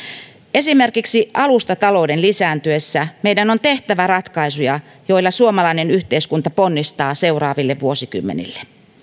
esimerkiksi alustatalouden lisääntyessä meidän on tehtävä ratkaisuja joilla suomalainen yhteiskunta ponnistaa seuraaville vuosikymmenille